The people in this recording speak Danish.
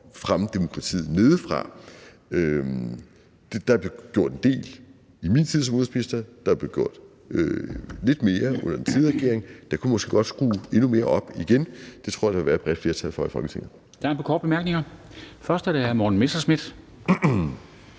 Først er det hr. Morten Messerschmidt.